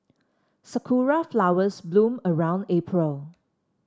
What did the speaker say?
sakura flowers bloom around April